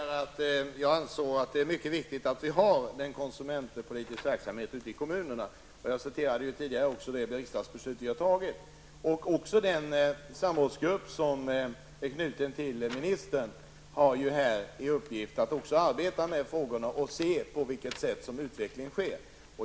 Herr talman! Jag sade tidigare att jag ansåg det viktigt att vi har konsumentpolitisk verksamhet ute i kommunerna. Jag citerade ur det riksdagsbeslut som vi har fattat. Den samrådsgrupp som är knuten till ministern har också till uppgift att arbeta med dessa frågor och se på vilket sätt utvecklingen sker.